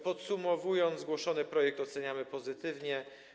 Podsumowując, zgłoszony projekt oceniamy pozytywnie.